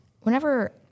whenever